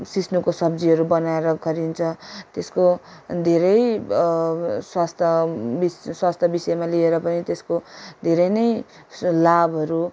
सिस्नोको सब्जीहरू बनाएर गरिन्छ त्यसको धेरै स्वास्थ्य स्वास्थ्य विषयमा लिएर पनि त्यसको धेरै नै लाभहरू